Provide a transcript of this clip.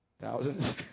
thousands